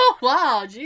Wow